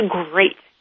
great